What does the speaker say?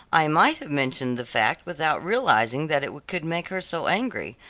i might have mentioned the fact without realizing that it could make her so angry,